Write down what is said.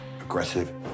Aggressive